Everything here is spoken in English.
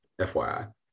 FYI